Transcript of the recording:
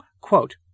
Quote